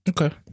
Okay